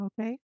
Okay